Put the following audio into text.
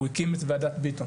הוא הקים את וועדת ביטון